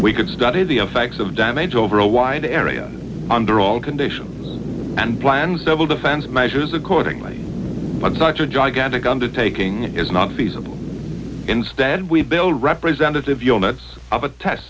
we could study the effects of damage over a wide area under all conditions and plans double defensive measures accordingly such a gigantic undertaking is not feasible instead we build representative